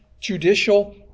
judicial